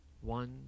one